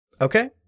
Okay